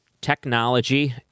technology